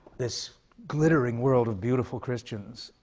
this glittering world of beautiful christians,